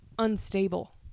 Unstable